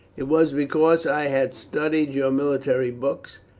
it was because i had studied your military books,